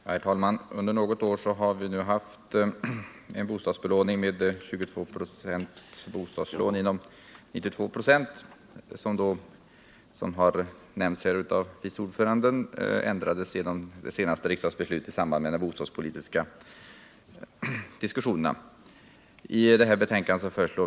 Herr talman! Under något år har vi haft en bostadsbelåning för nybyggnad av enskilt ägda flerbostadshus som uppgått till 22 26 inom en gräns som satts vid 92 26. Som utskottets vice ordförande nämnt, ändrades gränserna i det bostadspolitiska beslut riksdagen fattade för någon tid sedan.